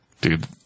Dude